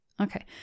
Okay